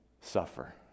suffer